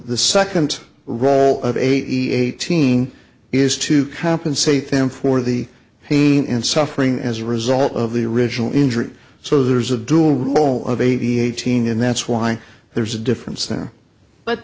the second row of eighteen is to compensate them for the pain and suffering as a result of the original injury so there's a dual role of a v eighteen and that's why there's a difference there but